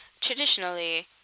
Traditionally